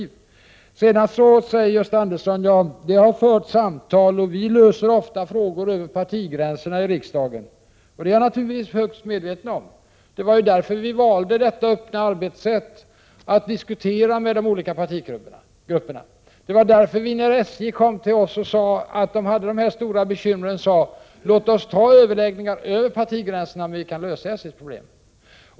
Gösta Andersson säger att det har förts samtal partierna emellan och att vi i riksdagen ofta löser problem över partigränserna. Det är jag naturligtvis högst medveten om. Det var ju därför vi valde det öppna arbetssättet att diskutera med de olika partigrupperna. När SJ kom till oss och sade att man hade stora bekymmer sade vi: Låt oss föra överläggningar över partigränserna för att se om vi kan lösa SJ:s problem.